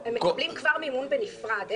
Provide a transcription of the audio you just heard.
הם מקבלים כבר מימון בנפרד.